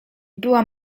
była